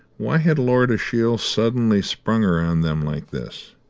why had lord ashiel suddenly sprung her on them like this?